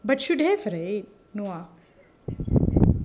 but should have right no ah